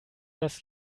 das